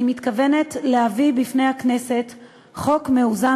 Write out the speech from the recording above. אני מתכוונת להביא בפני הכנסת חוק מאוזן